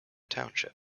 township